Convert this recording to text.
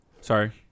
Sorry